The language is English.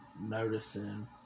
noticing